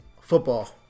Football